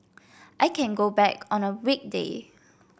I can go back on a weekday